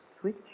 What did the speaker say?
switch